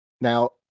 Now